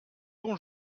bon